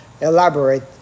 elaborate